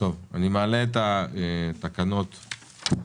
אני מעלה את התקנות להצבעה.